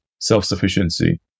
self-sufficiency